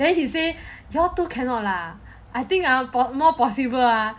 then he say you all two cannot lah I think ah got more possible ah